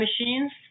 machines